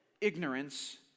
ignorance